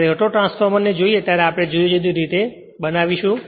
જ્યારે ઓટોટ્રાન્સફોર્મર ને જોઈએ ત્યારે આપણે જુદી જુદી રીતે બનાવીશું